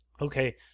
Okay